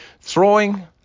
throwing